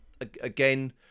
again